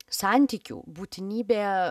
santykių būtinybė